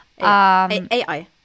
ai